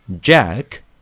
Jack